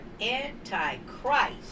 anti-Christ